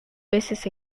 veces